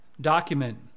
document